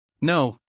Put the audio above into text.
No